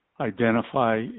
identify